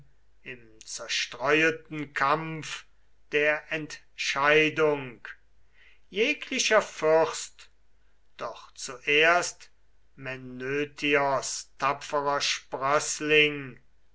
im zerstreueten kampf der entscheidung jeglicher fürst doch zuerst menötios tapferer sprößling